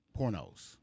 pornos